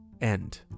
end